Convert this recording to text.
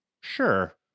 Sure